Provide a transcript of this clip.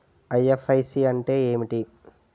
IFSC అంటే ఏమిటి?